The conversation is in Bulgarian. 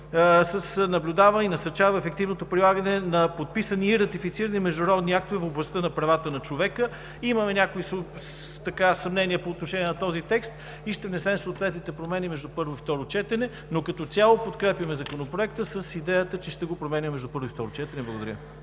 с „наблюдава и насърчава ефективното прилагане на подписани и ратифицирани международни актове в областта на правата на човека“. Имаме някои съмнения по отношение на този текст и ще внесем съответните промени между първо и второ четене, но като цяло подкрепяме Законопроекта с идеята, че ще го променяме между първо и второ четене. Благодаря.